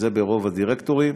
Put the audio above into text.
זה ברוב הדירקטורים,